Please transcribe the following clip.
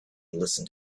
listened